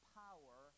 power